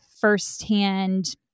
first-hand